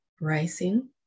rising